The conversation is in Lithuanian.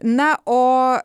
na o